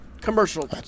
commercial